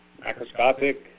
macroscopic